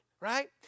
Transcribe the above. Right